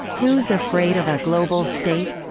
who's afraid of a global state?